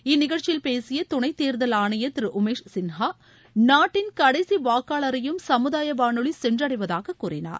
இந்நிகழ்ச்சியில் பேசிய துணைத் தேர்தல் ஆணையர் திரு உமேஷ் சின்ஹா நாட்டின் கடைசி வாக்காளரையும் சமுதாய வானொலி சென்றடைவதாகக் கூறினார்